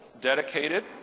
dedicated